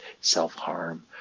self-harm